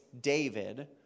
David